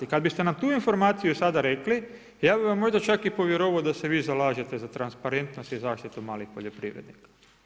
Kad biste nam tu informaciju sada rekli, ja bi vam možda čak i povjerovao da se vi zalažete za transparentnost i zaštitu malih poljoprivrednika.